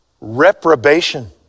reprobation